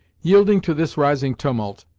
yielding to this rising tumult,